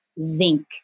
zinc